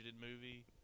movie